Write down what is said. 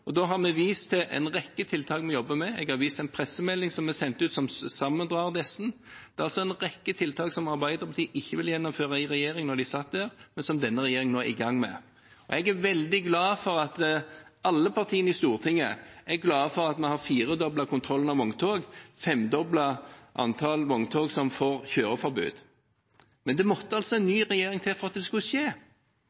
Da har vi vist til en rekke tiltak vi jobber med. Jeg har vist til en pressemelding som vi sendte ut, som gir et sammendrag av disse. Det er altså en rekke tiltak som Arbeiderpartiet ikke ville gjennomføre da de satt i regjering, men som denne regjeringen nå er i gang med. Jeg er veldig glad for at alle partiene i Stortinget er glade for at vi har firedoblet kontrollen av vogntog og femdoblet antall vogntog som får kjøreforbud. Men det måtte altså en